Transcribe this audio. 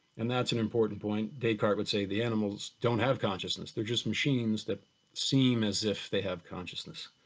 and that's an important point, descartes would say the animals don't have consciousness, they're just machines that seem as if they have consciousness.